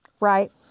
right